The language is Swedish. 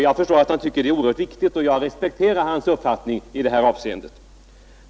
Jag förstår att han tycker att det är oerhört viktigt, och jag respekterar hans uppfattning i det avseendet.